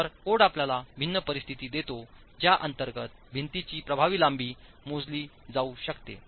तर कोड आपल्याला भिन्न परिस्थिती देतो ज्या अंतर्गत भिंतीची प्रभावी लांबी मोजली जाऊ शकते